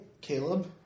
Caleb